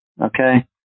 Okay